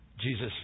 Jesus